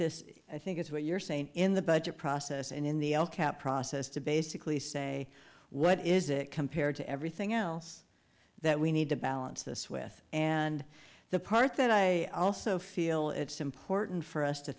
this i think is what you're saying in the budget process and in the process to basically say what is it compared to everything else that we need to balance this with and the part that i also feel it's important for us to